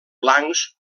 blancs